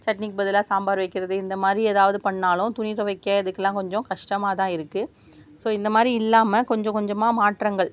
சட்னிக்கு பதிலாக சாம்பார் வைக்கிறது இந்த மாதிரி எதாவது பண்ணாலும் துணி துவைக்க இதுக்கெல்லாம் கொஞ்சம் கஷ்டமாக தான் இருக்கு ஸோ இந்த மாதிரி இல்லாமல் கொஞ்சம் கொஞ்சமாக மாற்றங்கள்